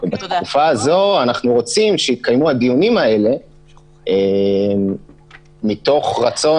בתקופה הזו אנחנו רוצים שיתקיימו הדיונים האלה מתוך רצון